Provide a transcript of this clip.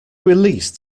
released